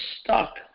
stuck